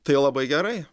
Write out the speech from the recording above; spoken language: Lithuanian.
tai labai gerai